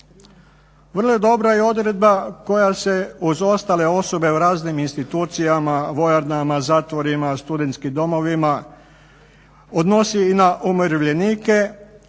Vrlo je dobra odredba koja se uz ostale osobe u raznim institucijama, vojarnama, zatvorima, studentskim domovima odnosi i na umirovljenike